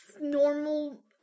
normal